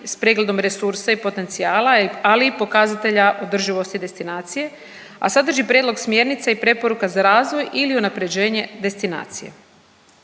s pregledom resursa i potencijala, ali i pokazatelja održivosti destinacije, a sadrži prijedlog smjernica i preporuka za razvoj ili unaprjeđenje destinacije.